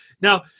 now